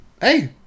Hey